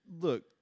Look